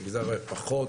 במגזר Y פחות ,